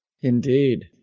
Indeed